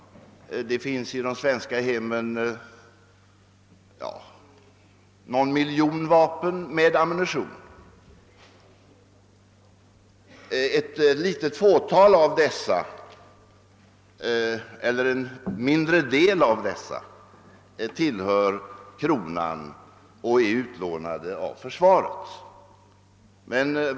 Det finns i de svenska hemmen någon miljon vapen med ammunition. En mindre del av detta antal tillhör kronan och är utlånade av försvaret.